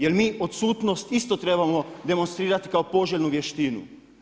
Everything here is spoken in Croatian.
Jer mi odsutnost isto trebamo demonstrirati kao poželjnu vještinu.